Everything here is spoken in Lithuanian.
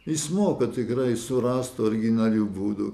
jis moka tikrai surast originalių būdų